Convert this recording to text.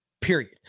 period